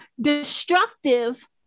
destructive